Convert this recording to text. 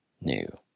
new